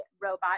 robot